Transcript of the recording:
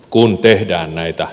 kun tehdään näitä